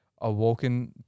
awoken